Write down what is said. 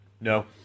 no